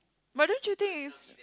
but don't you think it's